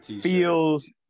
feels